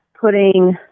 putting